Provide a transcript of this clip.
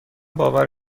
باور